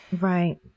Right